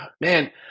Man